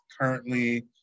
currently